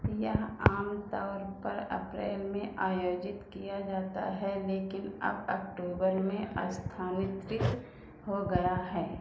यह आम तौर पर अप्रैल में आयोजित किया जाता है लेकिन अब अक्टूबर में स्थानांतरित हो गया है